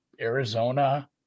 Arizona